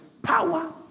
Power